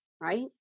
right